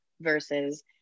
versus